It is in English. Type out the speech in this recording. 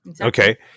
okay